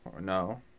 No